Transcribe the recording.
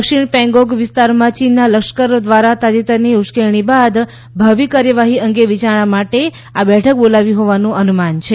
દક્ષિણ પેંગોંગ વિસ્તારમાં ચીનના લશ્કર દ્વારા તાજેતરની ઉશ્કેરણી બાદ ભાવિ કાર્યવાહી અંગે વિચારણા માટે આ બેઠક બોલાવી હોવાનું અનુમાન છે